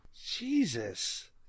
jesus